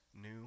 new